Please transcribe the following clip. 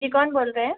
जी कौन बोल रहे हैं